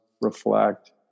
reflect